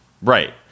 Right